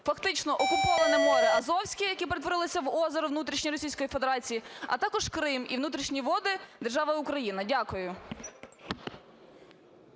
Фактично, окуповане море Азовське, яке перетворилося в озеро внутрішнє Російської Федерації, а також Крим і внутрішні води держави України. Дякую.